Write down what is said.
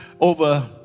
over